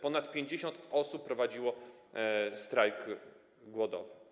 Ponad 50 osób prowadziło strajk głodowy.